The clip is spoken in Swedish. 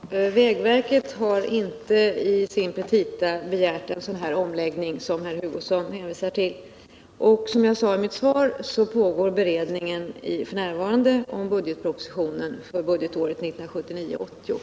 Tisdagen den Herr talman! Vägverket har inte i sina petita begärt en sådan omläggning 5 december 1978 Som herr Hugosson hänvisar till. Som jag sade i mitt svar pågår f.n.